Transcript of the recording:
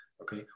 Okay